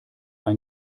ein